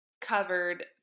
Covered